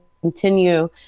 continue